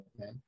okay